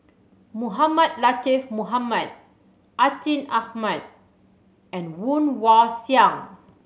Mohamed Latiff Mohamed Atin Amat and Woon Wah Siang